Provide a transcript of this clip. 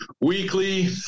weekly